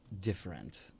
different